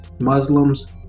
Muslims